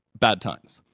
bad times.